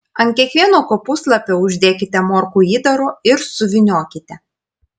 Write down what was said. ant kiekvieno kopūstlapio uždėkite morkų įdaro ir suvyniokite